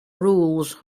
rules